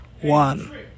one